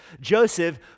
Joseph